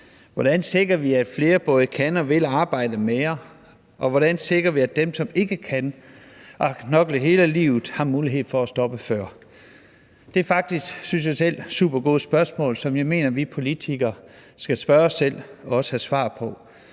Hvordan sikrer vi, at flere både kan og vil arbejde mere? Og hvordan sikrer vi, at dem, som ikke kan og har knoklet hele livet, har mulighed for at stoppe før? Det er faktisk, synes jeg selv, super gode spørgsmål, som jeg mener vi politikere skal stille os selv og også have svar på.